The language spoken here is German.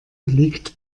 liegt